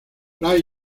fly